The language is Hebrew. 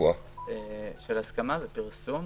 להסכמה לפרסום,